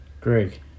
Greg